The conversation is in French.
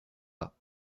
pas